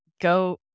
go